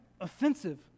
offensive